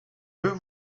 veux